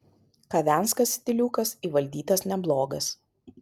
kavenskas stiliukas įvaldytas neblogas